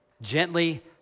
Gently